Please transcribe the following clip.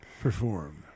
perform